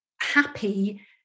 happy